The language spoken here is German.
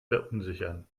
verunsichern